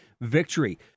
victory